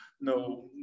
no